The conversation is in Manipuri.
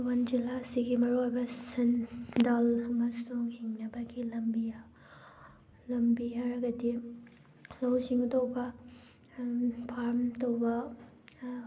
ꯊꯧꯕꯥꯜ ꯖꯤꯂꯥ ꯑꯁꯤꯒꯤ ꯃꯔꯨꯑꯣꯏꯕ ꯁꯤꯟ ꯗꯜ ꯑꯃꯁꯨꯡ ꯍꯤꯡꯅꯕꯒꯤ ꯂꯝꯕꯤ ꯂꯝꯕꯤ ꯍꯥꯏꯔꯒꯗꯤ ꯂꯧꯎ ꯁꯤꯡꯎ ꯇꯧꯕ ꯐꯥꯔꯝ ꯇꯧꯕ